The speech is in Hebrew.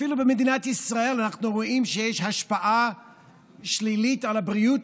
אפילו במדינת ישראל אנחנו רואים שיש השפעה שלילית על הבריאות.